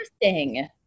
interesting